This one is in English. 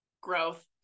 Growth